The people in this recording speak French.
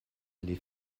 les